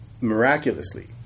miraculously